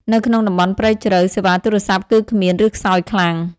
នៅក្នុងតំបន់ព្រៃជ្រៅ សេវាទូរស័ព្ទគឺគ្មាន ឬខ្សោយខ្លាំង។